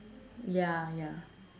ya ya